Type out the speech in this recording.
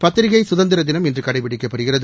பத்திரிகை சுதந்திர தினம் இன்று கடைபிடிக்கப்படுகிறது